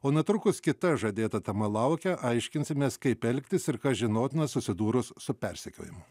o netrukus kita žadėta tema laukia aiškinsimės kaip elgtis ir kas žinotina susidūrus su persekiojimu